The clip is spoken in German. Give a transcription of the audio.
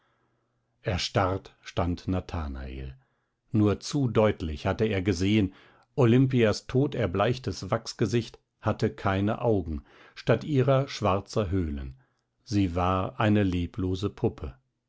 erstarrt stand nathanael nur zu deutlich hatte er gesehen olimpias toderbleichtes wachsgesicht hatte keine augen statt ihrer schwarze höhlen sie war eine leblose puppe